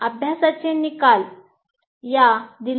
अभ्यासचे निकाल या ta